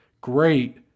great